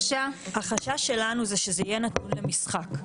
החשש שלנו שזה יהיה נתון למשחק,